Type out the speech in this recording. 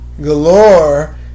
galore